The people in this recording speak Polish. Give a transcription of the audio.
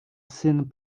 syn